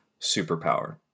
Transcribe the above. superpower